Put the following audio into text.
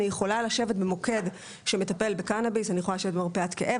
אני יכולה לשבת במוקד שמטפל בקנביס או במרפאת כאב.